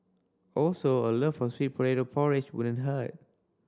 also a love for sweet potato porridge wouldn't hurt